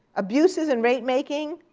abuses in rate making,